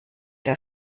der